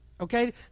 Okay